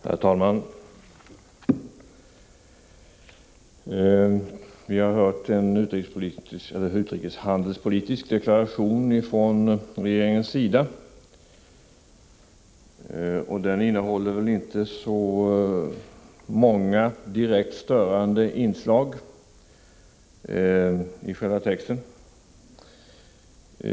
Herr talman! Vi har hört en utrikeshandelspolitisk deklaration från regeringens sida, och själva texten har väl inte så många direkt störande inslag.